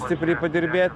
stipriai padirbėt